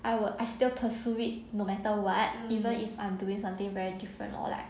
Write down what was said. I will I still pursue it no matter what even if I'm doing something very different or like